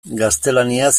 gaztelaniaz